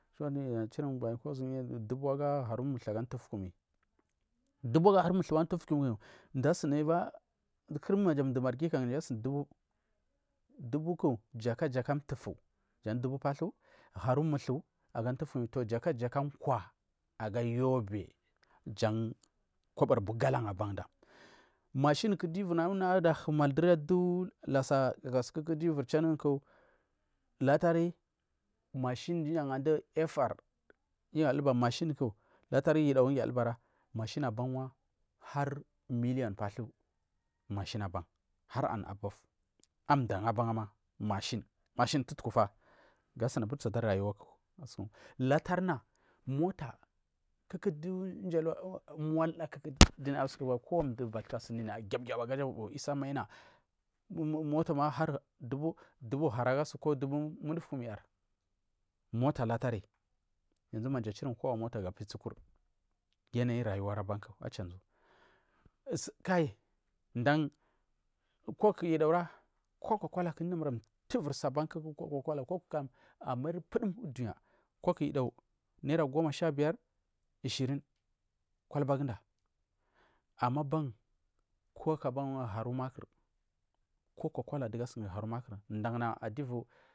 churguya kugu dubu agaharu muthuaga mtufakumi dubu agaharu muthuaga mtugu kumi mdu asuniba kowani mdur marghi kam naya asuni dubuke jaka jaka mtyu jan dubu pathu harukuthi jakajaka kwa aga yobe jan kobori galan abanku mashiku du naya wur humal duri adu lassa kaka suku diu wur januku latari mashin dumdum anga du p. R giu yu adulba mashinku latari yu dagu duniu adulbara mashi abangwa milliyan pathuagasu mashin aban har an above mashin, mashin tutuku fa du tsadar rayuwaku gasuku latarina mota kukudu mulda kuku duya gibu gibu kowa bathuka sunya dunaya ivur mbubu isa maina motama dubu haru agasu ko dubu mufufukuni yar moto latari yangu mamji achirun kobori motaga piyatsi uku yanayi rayuwaku achajuwa su kal dan coke yudagura cocacola dumur ivur mtu wur sa abanku kura cocala kam coke amairi pudum udunya coke yudagu naira goma shabiyar ishirin kolbaguda amaban cokeaban haru makur coke cocacola dugu asini haru makru dana aduvu.